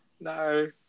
No